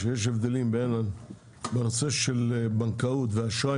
שיש הבדלים בנושא של בנקאות ואשראי